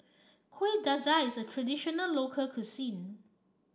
Kuih Dadar is a traditional local cuisine